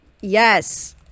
yes